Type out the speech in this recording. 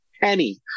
penny